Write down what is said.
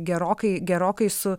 gerokai gerokai su